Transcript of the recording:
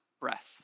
breath